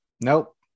Nope